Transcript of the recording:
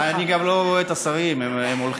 אני גם לא רואה את השרים, הם הולכים.